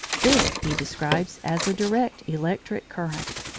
this he describes as a direct electric current.